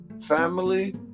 family